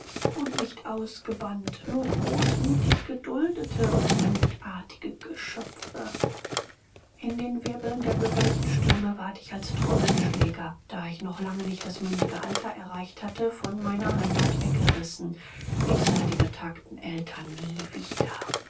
und nicht ausgebannte nur großmütig geduldete fremdartige geschöpfe in den wirbeln der bürgerlichen stürme ward ich als trommelschläger da ich noch lange nicht das mündige alter erreicht hatte von meiner heimat weggerissen ich sah die betagten eltern nie wieder